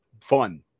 fun